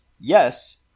Yes